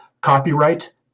Copyright